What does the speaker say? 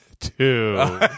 two